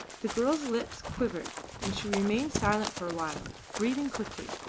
the girl's lips quivered and she remained silent for a while, breathing quickly.